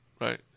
right